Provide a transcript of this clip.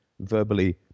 verbally